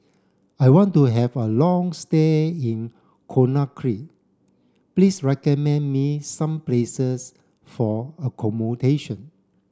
I want to have a long stay in Conakry please recommend me some places for accommodation